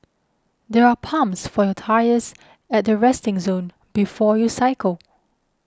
there are pumps for your tyres at the resting zone before you cycle